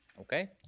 Okay